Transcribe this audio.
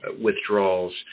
withdrawals